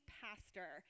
pastor